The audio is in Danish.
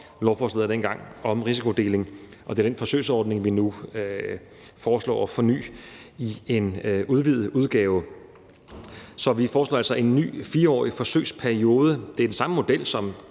lovforslaget om risikodeling. Det er den forsøgsordning, som vi nu foreslår at forny i en udvidet udgave. Vi foreslår altså en ny 4-årig forsøgsperiode. Det er den samme model, som